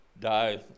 die